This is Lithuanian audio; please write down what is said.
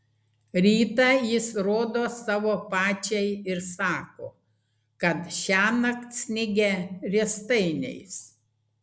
rytą jis rodo savo pačiai ir sako kad šiąnakt snigę riestainiais